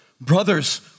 brothers